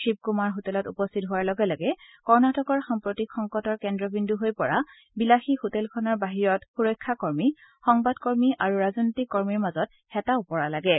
শিৱ কুমাৰ হোটেলত উপস্থিত হোৱাৰ লগে লগে কৰ্ণাটকৰ সাম্প্ৰতিক সংকটৰ কেন্দ্ৰবিন্দু হৈ পৰা বিলাসী হোটেলখনৰ বাহিৰত সুৰক্ষা কৰ্মী সংবাদকৰ্মী আৰু ৰাজনৈতিক কৰ্মীৰ মাজত হেতা ওপৰা লাগে